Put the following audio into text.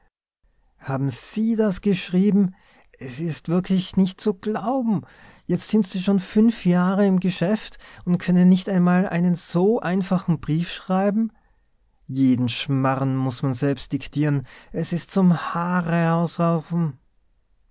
haben sie das geschrieben es ist wirklich nicht zu glauben jetzt sind sie schon fünf jahr im geschäft und können nicht einmal einen so einfachen brief schreiben jeden schmarren muß man selbst diktieren es ist zum haarausraufen der